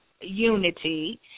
unity